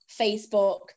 Facebook